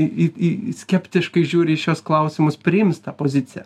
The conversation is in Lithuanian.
į į skeptiškai žiūri į šiuos klausimus priims tą poziciją